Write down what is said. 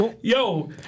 Yo